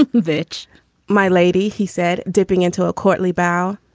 which my lady, he said, dipping into a courtly bough.